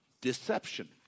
Deception